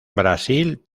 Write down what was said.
brasil